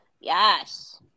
Yes